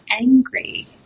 Angry